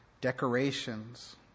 decorations